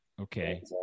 Okay